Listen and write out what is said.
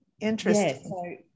Interesting